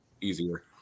easier